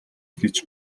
гэж